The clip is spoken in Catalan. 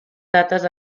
dates